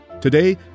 Today